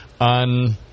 on